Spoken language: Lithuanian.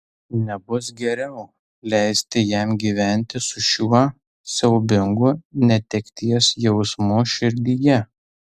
nebus geriau leisti jam gyventi su šiuo siaubingu netekties jausmu širdyje